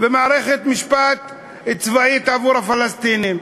ומערכת משפט צבאית עבור הפלסטינים,